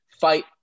fight